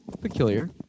Peculiar